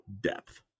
depth